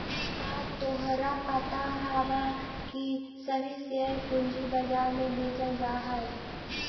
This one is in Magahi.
का तोहरा पता हवअ की सभी शेयर पूंजी बाजार में बेचल जा हई